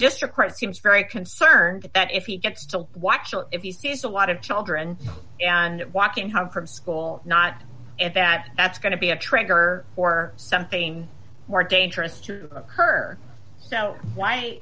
district court seems very concerned that if he gets to watch or if he sees a lot of children and walking home from school not if that that's going to be a trigger or something more dangerous to occur so why